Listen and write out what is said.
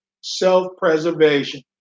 self-preservation